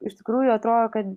iš tikrųjų atrodo kad